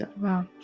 Wow